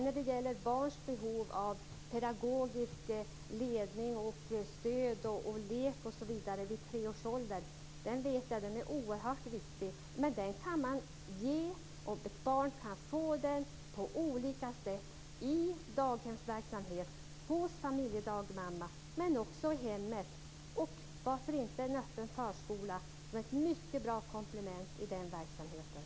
Jag vet att barn har behov av pedagogisk ledning, stöd, lek osv. vid tre års ålder. Det är oerhört viktigt. Men detta kan ett barn få på olika sätt: i daghemsverksamhet, hos dagmamma men också i hemmet. Eller varför inte i en öppen förskola som är ett mycket bra komplement när det gäller den verksamheten.